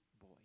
boy